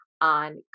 on